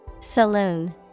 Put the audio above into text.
Saloon